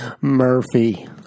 Murphy